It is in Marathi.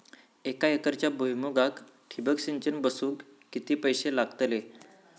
एक एकरच्या भुईमुगाक ठिबक सिंचन बसवूक किती पैशे लागतले?